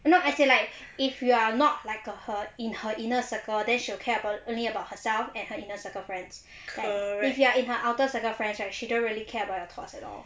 no as in like if you are not like her in her inner circle then she'll care about only about herself and her inner circle friends like if you are in her outer circle friends right she don't really care about your thoughts at all